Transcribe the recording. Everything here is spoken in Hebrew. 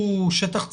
שהוא שטח ציבורי.